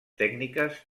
tècniques